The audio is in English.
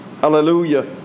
Hallelujah